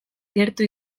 gertu